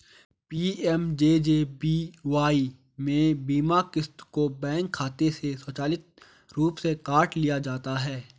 PMJJBY में बीमा क़िस्त को बैंक खाते से स्वचालित रूप से काट लिया जाता है